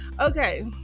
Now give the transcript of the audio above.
okay